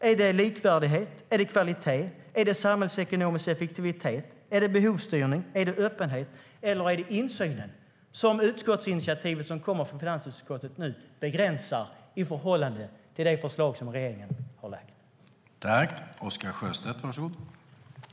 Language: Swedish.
Är det likvärdighet, är det kvalitet, är det samhällsekonomisk effektivitet, är det behovsstyrning, är det öppenhet eller är det insynen som utskottsinitiativet från finansutskottet nu vill begränsa i förhållande till det förslag som regeringen har lagt fram?